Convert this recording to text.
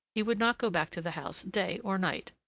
he would not go back to the house day or night.